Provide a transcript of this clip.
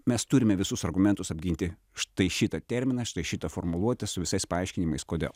mes turime visus argumentus apginti štai šitą terminą štai šitą formuluotę su visais paaiškinimais kodėl